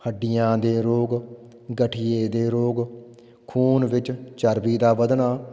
ਹੱਡੀਆਂ ਦੇ ਰੋਗ ਗਡੀਏ ਦੇ ਰੋਗ ਖੂਨ ਵਿੱਚ ਚਰਬੀ ਦਾ ਵਧਣਾ